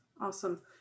Awesome